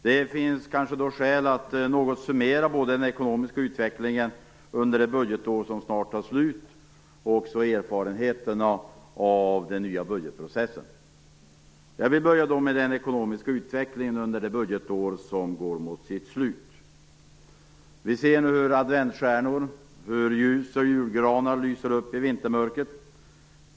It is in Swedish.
Det finns då kanske skäl att något summera både den ekonomiska utvecklingen under det budgetår som snart tar slut och erfarenheterna av den nya budgetprocessen. Jag vill börja med den ekonomiska utvecklingen under det budgetår som går mot sitt slut. Vi ser nu hur adventsstjärnor, ljus och julgranar lyser upp i vintermörkret.